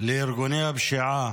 לארגוני הפשיעה